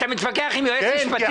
אתה מתווכח עם יועץ משפטי?